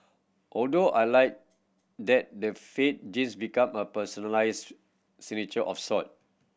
although I liked that the faded jeans became a personalised signature of sort